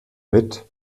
mit